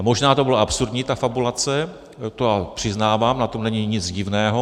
Možná byla absurdní ta fabulace, to přiznávám, na tom není nic divného.